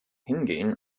hingehen